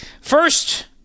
first